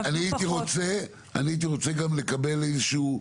אני הייתי רוצה גם לקבל איזשהו,